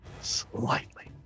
slightly